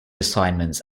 assignments